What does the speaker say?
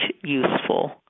useful